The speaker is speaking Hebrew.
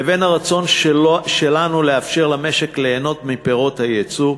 לבין הרצון שלנו לאפשר למשק ליהנות מפירות היצוא,